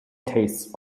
tastes